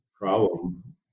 problem